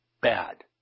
bad